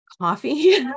coffee